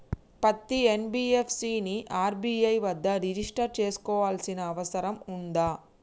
పత్తి ఎన్.బి.ఎఫ్.సి ని ఆర్.బి.ఐ వద్ద రిజిష్టర్ చేసుకోవాల్సిన అవసరం ఉందా?